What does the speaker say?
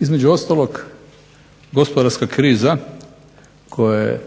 Između ostalog gospodarska kriza koja je